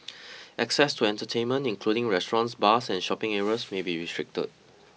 access to entertainment including restaurants bars and shopping areas may be restricted